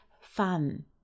fun